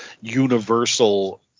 universal